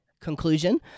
conclusion